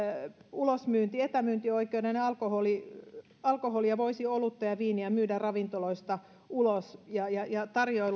ulosmyynti etämyyntioikeuden ja alkoholia olutta ja viiniä voisi myydä ravintoloista ulos ja ja